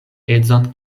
edzon